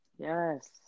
yes